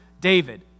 David